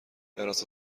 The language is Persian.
حراست